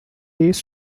these